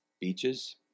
beaches